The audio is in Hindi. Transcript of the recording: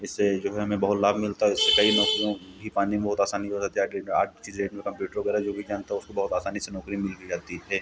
इससे जो है हमें बहुत लाभ मिलता है और इससे कई नौकरियों की पाने में बहुत आसानी हो जाती है आज की डेट में आज की डेट में कंप्यूटर वगैरह जो भी जानता हो उसको बहुत आसानी से नौकरी मिल भी जाती है